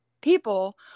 people